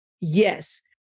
yes